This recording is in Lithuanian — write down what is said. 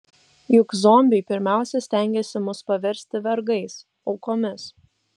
juk zombiai pirmiausia stengiasi mus paversti vergais aukomis